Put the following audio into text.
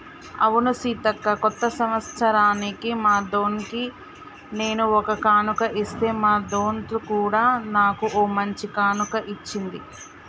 అవును సీతక్క కొత్త సంవత్సరానికి మా దొన్కి నేను ఒక కానుక ఇస్తే మా దొంత్ కూడా నాకు ఓ మంచి కానుక ఇచ్చింది